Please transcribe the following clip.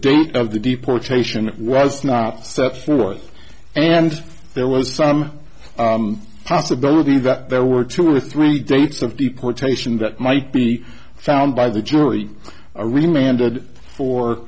date of the deportation was not steps north and there was some possibility that there were two or three dates of deportation that might be found by the jury or